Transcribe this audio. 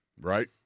Right